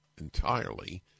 entirely